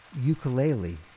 ukulele